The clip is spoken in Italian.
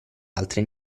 altri